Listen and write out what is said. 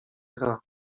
gra